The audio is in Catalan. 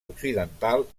occidental